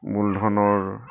মূলধনৰ